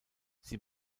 sie